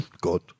good